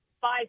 five